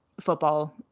football